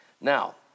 Now